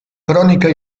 crònica